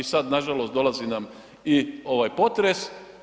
I sad nažalost dolazi nam i ovaj potres.